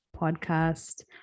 podcast